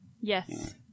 Yes